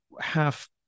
half